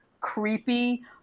creepy